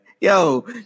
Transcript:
Yo